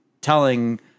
telling